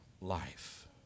life